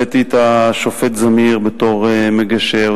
הבאתי את השופט זמיר בתור מגשר,